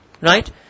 right